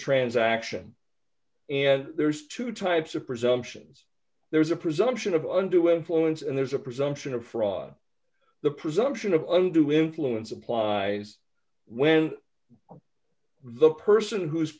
transaction and there's two types of presumptions there's a presumption of underwent fluence and there's a presumption of fraud the presumption of undue influence applies when the person who